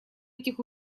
этих